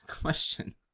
question